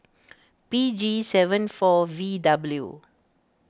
P G seven four V W